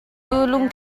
lung